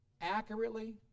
accurately